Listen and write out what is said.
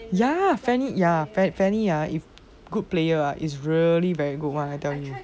ya fanny ya fanny fanny ah if good player is really very good [one] I tell you